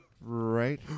right